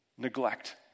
neglect